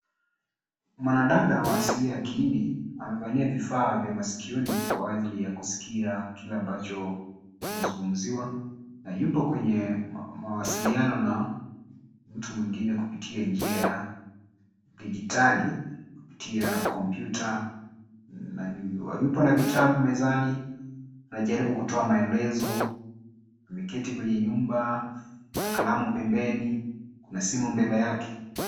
Mwanadada wa asili ya kihindi amevalia vifaa vya masikioni kwa ajili ya kusikia kile ambacho kinazungumziwa na yupo kwenye mawasiliano na mtu mwingine kupitia njia ya dijitali kupitia kompyuta na yupo na vitabu mezani, anajaribu kutoa maelezo, ameketi kwenye nyumba, na kalamu pembeni, kuna simu mbele yake.